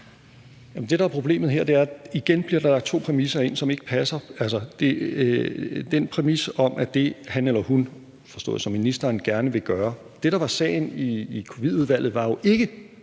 problemet her, er, at der igen bliver lagt to præmisser ind, som ikke passer, altså bl.a. den præmis om, at det var noget, han eller hun – forstået som ministeren – gerne ville gøre. Det, der var sagen i covid-19-udvalget, var jo ikke,